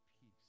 peace